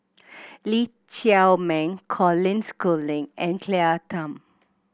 Lee Chiaw Meng Colin Schooling and Claire Tham